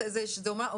זה גם לא כל כך הרבה,